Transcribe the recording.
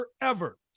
forever